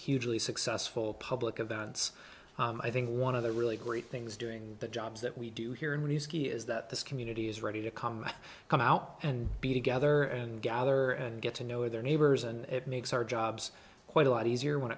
usually successful public events i think one of the really great things doing the jobs that we do here in new ski is that this community is ready to come come out and be together and gather and get to know their neighbors and it makes our jobs quite a lot easier when